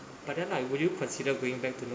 but then like would you consider going back to no~